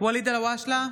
ואליד אלהואשלה,